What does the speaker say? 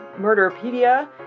Murderpedia